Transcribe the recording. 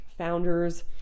founders